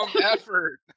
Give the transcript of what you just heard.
effort